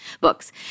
books